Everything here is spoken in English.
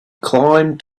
climbed